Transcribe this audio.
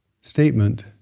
statement